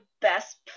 best